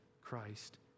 Christ